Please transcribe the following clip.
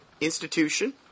institution